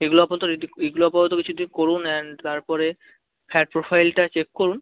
এগুলো আপাতত এইগুলো আপাতত কিছু দিন করুন অ্যান্ড তারপরে ফ্যাট প্রোফাইলটা চেক করুন